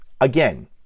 again